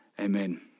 Amen